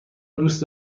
دوست